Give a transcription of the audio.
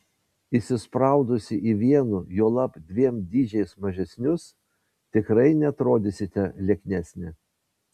įsispraudusi į vienu juolab dviem dydžiais mažesnius tikrai neatrodysite lieknesnė